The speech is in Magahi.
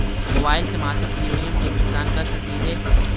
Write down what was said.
मोबाईल से मासिक प्रीमियम के भुगतान कर सकली हे?